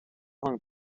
along